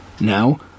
Now